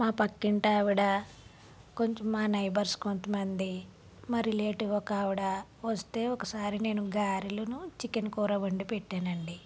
మా పక్కింటి ఆవిడ కొంచెం మా నైబర్స్ కొంతమంది మా రిలేటివ్ ఒక ఆవిడ వస్తే ఒకసారి నేను గారెలును చికెన్ కూర వండి పెట్టానండి